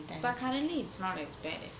but currently it's not as bad as